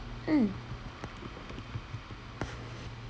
mm